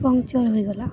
puncture ହୋଇଗଲା